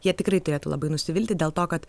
jie tikrai turėtų labai nusivilti dėl to kad